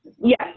Yes